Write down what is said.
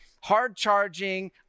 hard-charging